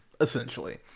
essentially